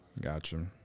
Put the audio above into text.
Gotcha